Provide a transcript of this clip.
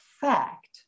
fact